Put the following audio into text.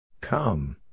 Come